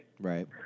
Right